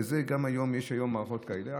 היום יש מערכות כאלה.